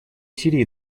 сирии